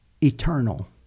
eternal